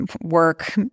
work